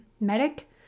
medic